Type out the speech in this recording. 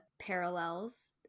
parallels